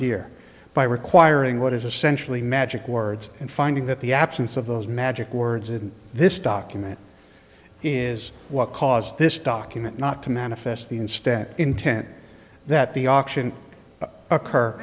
deere by requiring what is essentially magic words and finding that the absence of those magic words in this document is what caused this document not to manifest the instep intent that the auction occur